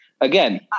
again